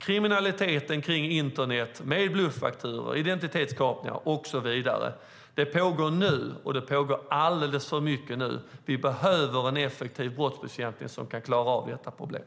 Kriminaliteten på internet med bluffakturor, identitetskapning och så vidare pågår nu och alldeles för mycket. Vi behöver en effektiv brottsbekämpning som kan klara av detta problem.